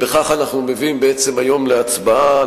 כך אנחנו מביאים היום להצבעה,